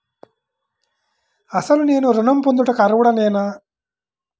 అసలు నేను ఋణం పొందుటకు అర్హుడనేన?